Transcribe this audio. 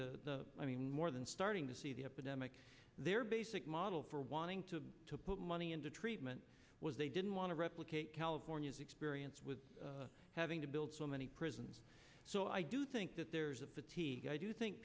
the i mean more than starting to see the epidemic their basic model for wanting to put money into treatment was they didn't want to replicate california's experience with having to build so many prisons so i do think that there's a petite i do think